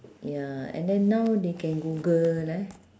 ya and then now they can google eh